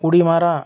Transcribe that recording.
उडी मारा